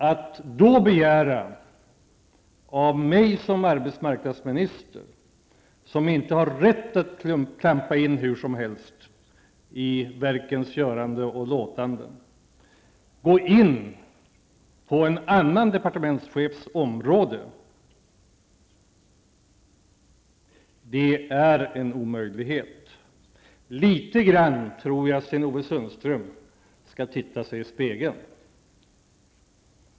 Att då begära av mig som arbetsmarknadsminister, som inte har rätt att klampa in hur som helst i verkens göranden och låtanden, att jag skulle gå in på en annan departementschefs område -- det är en omöjlighet. Litet grand tror jag att Sten-Ove Sundström skall titta sig i spegeln.